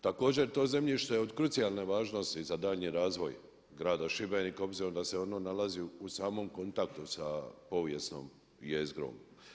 Također je to zemljište od krucijalne važnosti za daljnji razvoj grada Šibenika obzirom da se ono nalazi u samom kontaktu sa povijesnom jezgrom.